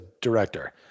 director